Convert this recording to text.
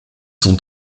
sont